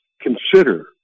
consider